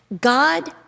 God